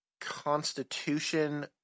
Constitution